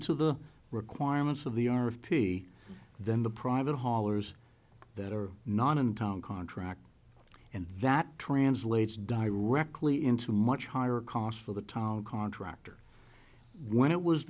to the requirements of the arm of p than the private haulers that are not in town contract and that translates directly into much higher costs for the town contractor when it was